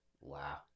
Wow